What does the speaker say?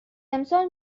امسال